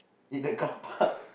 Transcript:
in the carpark